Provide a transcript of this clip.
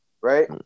Right